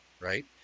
right